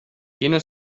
quina